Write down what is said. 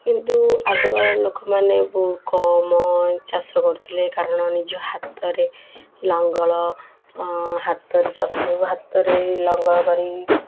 କିନ୍ତୁ ଆଗକାଳର ଲୋକମାନେ ବହୁ କମ୍ ଚାଷ କରୁଥିଲେ କାରଣ ନିଜ ହାତରେ ଲଙ୍ଗଳ ହାତରେ ହାତରେ ଲଙ୍ଗଳ ଧରି